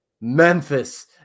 memphis